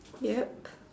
yup